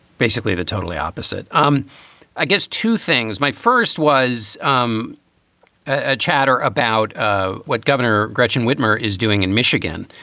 basically the totally opposite. um i guess two things. my first was um a chatter about ah what governor gretchen whitmer is doing in michigan,